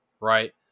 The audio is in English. right